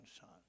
son